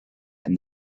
and